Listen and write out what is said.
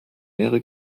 mehrere